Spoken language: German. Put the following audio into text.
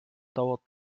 dauert